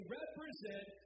represent